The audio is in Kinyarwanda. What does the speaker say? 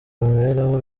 imibereho